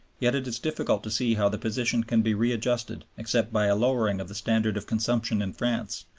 yet it is difficult to see how the position can be readjusted except by a lowering of the standard of consumption in france,